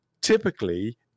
Typically